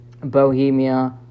Bohemia